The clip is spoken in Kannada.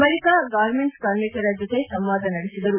ಬಳಿಕ ಗಾರ್ಮೆಂಟ್ಸ್ ಕಾರ್ಮಿಕರ ಜೊತೆ ಸಂವಾದ ನಡೆಸಿದರು